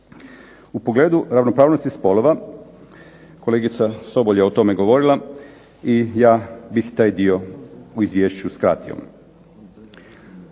U pogledu ravnopravnosti spolova, kolegica Sobol je o tome govorila, i ja bih taj dio u izvješću skratio.